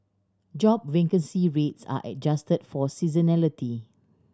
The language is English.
job vacancy rates are adjusted for seasonality